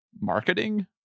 marketing